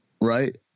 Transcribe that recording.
right